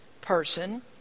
person